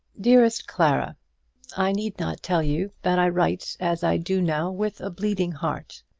dearest clara i need not tell you that i write as i do now with a bleeding heart.